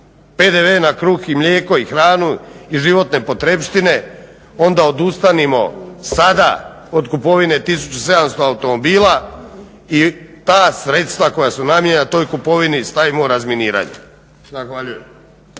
PDV na kruh i mlijeko i hranu i životne potrepštine onda odustanimo sada od kupovine 1700 automobila i ta sredstva koja su namijenjena toj kupovini stavimo u razminiranje. Zahvaljujem.